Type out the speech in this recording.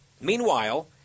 Meanwhile